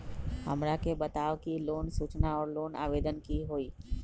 हमरा के बताव कि लोन सूचना और लोन आवेदन की होई?